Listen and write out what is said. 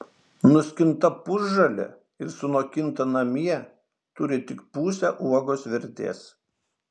nuskinta pusžalė ir sunokinta namie turi tik pusę uogos vertės